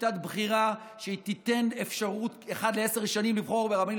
לשיטת בחירה שתיתן אפשרות אחת לעשר שנים לבחור ברבנים,